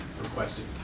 requested